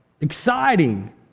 exciting